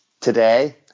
today